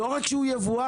לא רק שהוא יבואן,